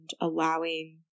allowing